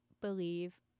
believe